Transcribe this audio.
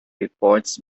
reports